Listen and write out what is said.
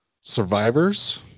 survivors